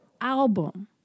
album